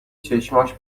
چشاش